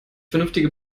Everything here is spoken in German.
vernünftige